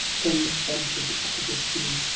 then ventured the opposite view.